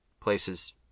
places